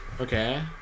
Okay